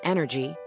Energy